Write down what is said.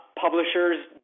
Publishers